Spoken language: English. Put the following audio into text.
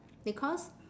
because